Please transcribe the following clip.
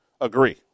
agree